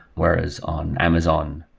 whereas on amazon,